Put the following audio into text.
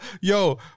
Yo